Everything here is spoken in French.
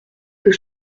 que